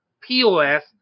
pos